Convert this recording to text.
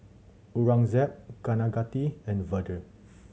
Aurangzeb Kaneganti and Vedre